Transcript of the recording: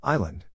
Island